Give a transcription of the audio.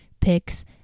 picks